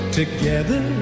together